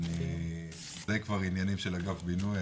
זה כבר עניינים של אגף בינוי,